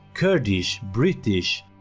kurdish, brittish.